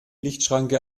lichtschranke